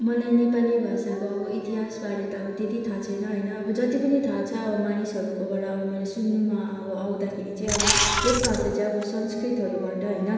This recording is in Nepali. मलाई नेपाली भाषाको अब इतिहासबारे त त्यति थाहा छैन होइन अब जति पनि थाहा छ अब मानिसहरूकोबाट अब मैले सुन्नुमा अब आउँदाखेरि चाहिँ अब यस भाषा चाहिँ अब संस्कृतहरूबाट होइन